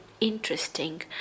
interesting